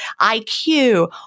IQ